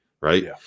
right